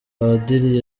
padiri